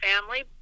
family